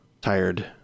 tired